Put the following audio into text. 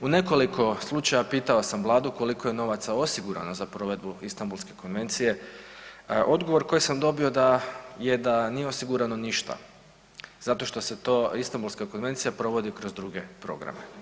U nekoliko slučaja pitao sam Vladu koliko je novaca osigurano za provedbu Istambulske konvencije, odgovor koji sam dobio je da nije osigurano ništa zato što se Istambulska konvencija provodi kroz druge programe.